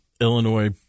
Illinois